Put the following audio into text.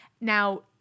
Now